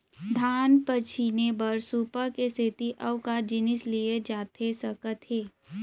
धान पछिने बर सुपा के सेती अऊ का जिनिस लिए जाथे सकत हे?